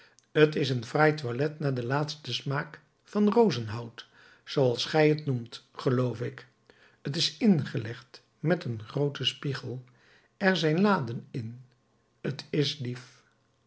t is een fraai toilet naar den laatsten smaak van rozenhout zooals gij het noemt geloof ik t is ingelegd met een grooten spiegel er zijn laden in t is lief